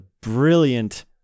brilliant